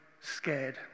scared